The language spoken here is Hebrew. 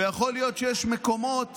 ויכול להיות שיש מקומות